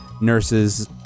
nurses